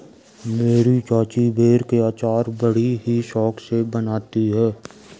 मेरी चाची बेर के अचार बड़ी ही शौक से बनाती है